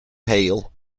hail